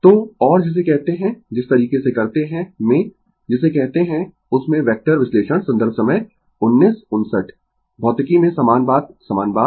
तो और जिसे कहते है जिस तरीके से करते है में जिसे कहते है उसमें वेक्टर विश्लेषण संदर्भ समय 1959 भौतिकी में समान बात समान बात